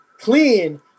clean